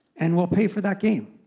and we'll pay for that game.